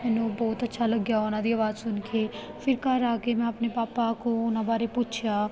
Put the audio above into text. ਮੈਨੂੰ ਬਹੁਤ ਅੱਛਾ ਲੱਗਿਆ ਉਹਨਾਂ ਦੀ ਆਵਾਜ਼ ਸੁਣ ਕੇ ਫਿਰ ਘਰ ਆ ਕੇ ਮੈਂ ਆਪਣੇ ਪਾਪਾ ਕੋਲ ਉਹਨਾਂ ਬਾਰੇ ਪੁੱਛਿਆ